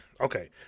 okay